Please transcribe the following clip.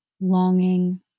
longing